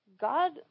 God